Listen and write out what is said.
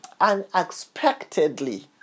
Unexpectedly